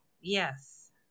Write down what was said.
Yes